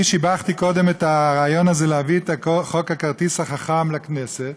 אני שיבחתי קודם את הרעיון הזה להביא את חוק הכרטיס החכם לכנסת,